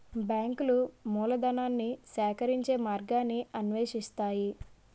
బ్యాంకులు మూలధనాన్ని సేకరించే మార్గాన్ని అన్వేషిస్తాయి